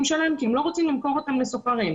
שלהם כי הם לא רוצים למכור אותם לסוחרים.